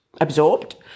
absorbed